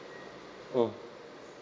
hmm